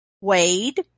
wade